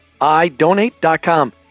idonate.com